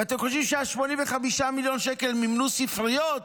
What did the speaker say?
ואתם חושבים שה-85 מיליון שקל מימנו ספריות?